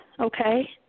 Okay